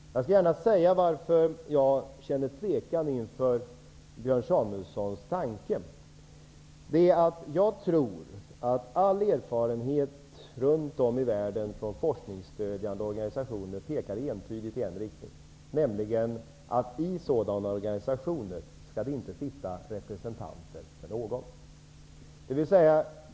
Jag skall gärna säga varför jag känner tvekan inför Björn Samuelsons tanke. Jag tror att all erfarenhet runt om i världen från forskningsstödjande organisationer pekar entydigt i en riktning, nämligen att i sådana organisationer skall det inte sitta representanter för någon.